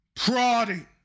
Prodding